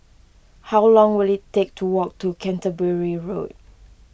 how long will it take to walk to Canterbury Road